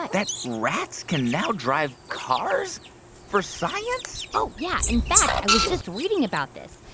that rats can now drive cars for science? oh, yeah. in fact, i was just reading about this.